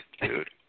dude